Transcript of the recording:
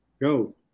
Go